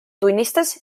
tunnistas